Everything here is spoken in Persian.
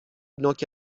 نوک